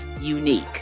unique